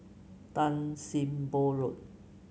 Tan Sim Boh Road